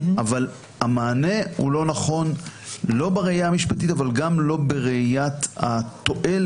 אבל המענה הוא לא נכון לא בראייה המשפטית אבל גם לא בראיית התועלת,